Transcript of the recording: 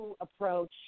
approach